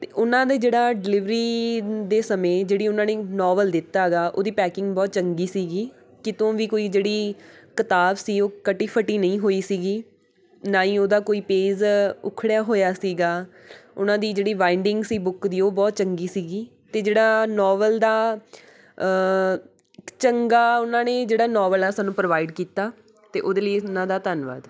ਅਤੇ ਉਹਨਾਂ ਦੇ ਜਿਹੜਾ ਡਿਲੀਵਰੀ ਨ ਦੇ ਸਮੇਂ ਜਿਹੜੀ ਉਹਨਾਂ ਨੇ ਨੋਵਲ ਦਿੱਤਾ ਗਾ ਉਹਦੀ ਪੈਕਿੰਗ ਬਹੁਤ ਚੰਗੀ ਸੀਗੀ ਕਿਤੋਂ ਵੀ ਕੋਈ ਜਿਹੜੀ ਕਿਤਾਬ ਸੀ ਉਹ ਕਟੀ ਫਟੀ ਨਹੀਂ ਹੋਈ ਸੀਗੀ ਨਾ ਹੀ ਉਹਦਾ ਕੋਈ ਪੇਜ਼ ਉੱਖੜਿਆ ਹੋਇਆ ਸੀਗਾ ਉਹਨਾਂ ਦੀ ਜਿਹੜੀ ਵਾਇਡਿੰਗ ਸੀ ਬੁੱਕ ਦੀ ਉਹ ਬਹੁਤ ਚੰਗੀ ਸੀਗੀ ਅਤੇ ਜਿਹੜਾ ਨੋਵਲ ਦਾ ਚੰਗਾ ਉਹਨਾਂ ਨੇ ਜਿਹੜਾ ਨੋਵਲ ਆ ਸਾਨੂੰ ਪ੍ਰੋਵਾਈਡ ਕੀਤਾ ਅਤੇ ਉਹਦੇ ਲਈ ਉਹਨਾਂ ਦਾ ਧੰਨਵਾਦ